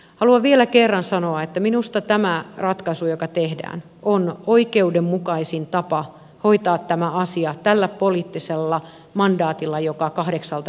haluan vielä kerran sanoa että minusta tämä ratkaisu joka tehdään on oikeudenmukaisin tapa hoitaa tämä asia tällä poliittisella mandaatilla joka kahdeksalta ryhmältä tuli